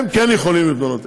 הם כן יכולים להתמנות.